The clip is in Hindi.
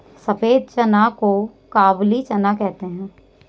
सफेद चना को काबुली चना कहते हैं